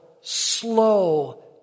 slow